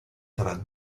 tra